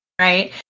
right